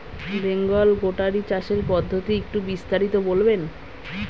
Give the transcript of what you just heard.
বেঙ্গল গোটারি চাষের পদ্ধতি একটু বিস্তারিত বলবেন?